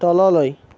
তললৈ